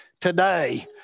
today